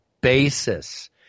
basis